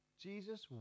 Jesus